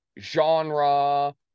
genre